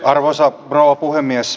arvoisa rouva puhemies